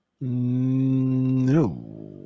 No